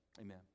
amen